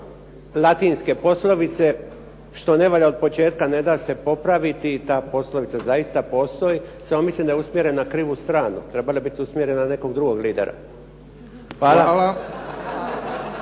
latinske poslovice "što ne valja od početka neda se popraviti". Ta poslovica zaista postoji samo mislim da je usmjerena na krivu stranu, trebala je biti usmjerena na nekog drugog lidera.